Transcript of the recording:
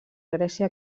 grècia